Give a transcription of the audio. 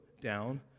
down